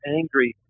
angry